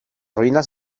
ruinas